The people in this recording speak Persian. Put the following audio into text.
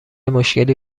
مشکلی